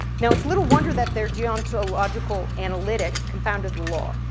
now, it's little wonder that their deontological analytic confounded the law.